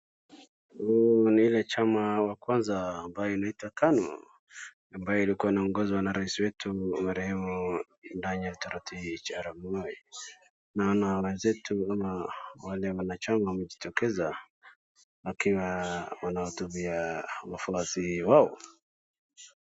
Huu ni ule chama wa kwanza ambaye inaitwa KANU, ambaye ilikuwa inaongozwa na rais wetu marehemu Daniel Toroitich Arap Moi. Naona wenzetu ama wale wa chama wamejitokeza wakiwa wanahudumia wafuasi wao.